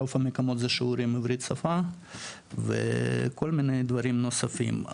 ברוב המקומות זה שיעורים בשפה העברית וכל מיני דברים נוספים,